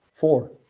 four